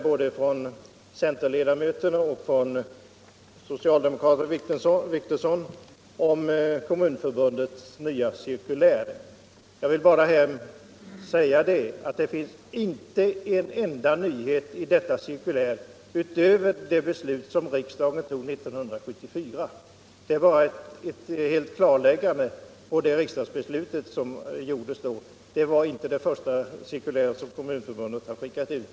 Både centerns talesmän och socialdemokraten Wictorsson har berört Kommunförbundets nya cirkulär. Jag vill bara framhålla att det inte finns en enda nyhet i detta cirkulär utöver det beslut som riksdagen fattade 1974. Cirkuläret är ett klarläggande av detta beslut. Det var inte det första cirkulär som Kommunförbundet hade skickat ut.